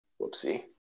Whoopsie